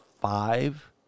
five